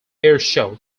airshow